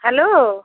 hello